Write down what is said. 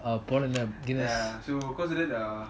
போலான:polana ya so cause of that uh